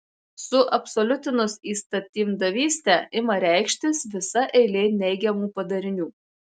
suabsoliutinus įstatymdavystę ima reikštis visa eilė neigiamų padarinių